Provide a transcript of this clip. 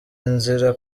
inzira